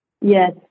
yes